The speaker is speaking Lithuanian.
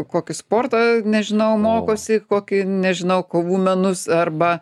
kokį sportą nežinau mokosi kokį nežinau kovų menus arba